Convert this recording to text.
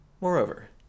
Moreover